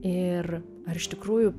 ir ar iš tikrųjų